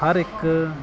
ਹਰ ਇੱਕ